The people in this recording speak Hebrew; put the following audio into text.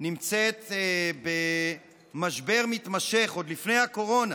נמצאת במשבר מתמשך, עוד לפני הקורונה.